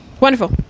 wonderful